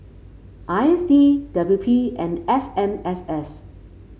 I S D W P and F M S S